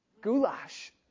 goulash